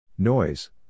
Noise